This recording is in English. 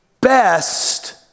best